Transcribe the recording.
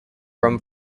rum